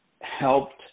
helped